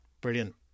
Brilliant